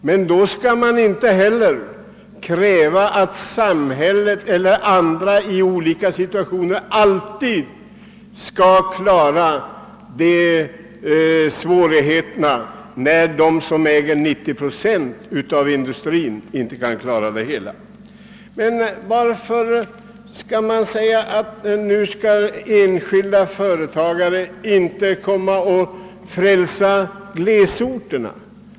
Men man skall då inte heller kräva att samhället alltid skall klara de svårigheter som uppstår, när den privata företagsamheten, som äger 90 procent av industrin, inte kan göra det. Varför säger man inte att den enskilda företagsamheten nu skall träda in och »frälsa» glesbygden?